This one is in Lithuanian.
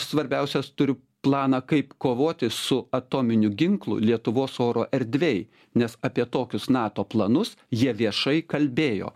svarbiausias turiu planą kaip kovoti su atominiu ginklu lietuvos oro erdvėj nes apie tokius nato planus jie viešai kalbėjo